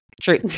True